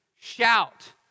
shout